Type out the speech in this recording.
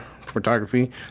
photography